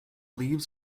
leaves